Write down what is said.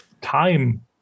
time